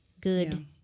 good